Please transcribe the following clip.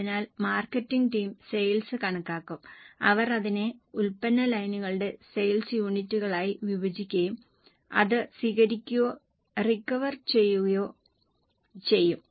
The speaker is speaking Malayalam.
അതിനാൽ മാർക്കറ്റിംഗ് ടീം സെയിൽസ് കണക്കാക്കും അവർ അതിനെ ഉൽപ്പന്ന ലൈനുകളുടെ സെയിൽസ് യൂണിറ്റുകളായി വിഭജിക്കുകയും അത് സ്വീകരിക്കുകയോ റിക്കവർ ചെയ്യുകയോ ചെയ്യും